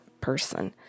person